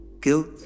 Guilt